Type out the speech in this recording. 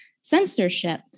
censorship